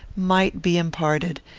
might be imparted,